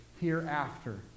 hereafter